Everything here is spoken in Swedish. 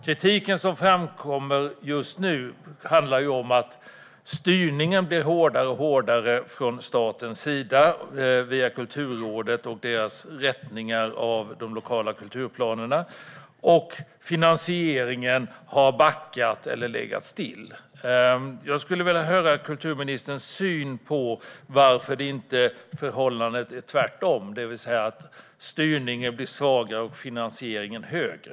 Kritiken som kommit fram just nu handlar om att styrningen från staten via Kulturrådet och att dess rättningar av de lokala kulturplanerna blir hårdare och hårdare. Finansieringen har backat eller legat stilla. Jag vill höra vilken syn kulturministern har på att förhållandet inte är tvärtom, det vill säga att styrningen blir svagare och finansieringen högre.